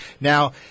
Now